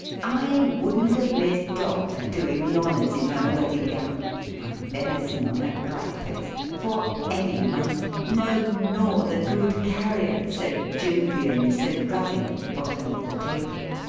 i wouldn't have missed dot, doing the honors in her wedding-gown my benison on her bright face! for any money. no! nor the good carrier, so jovial and so ruddy, at the bottom of the table.